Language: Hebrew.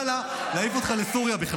--- לא הייתה פה, סעו לשלום.